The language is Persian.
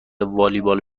والیبال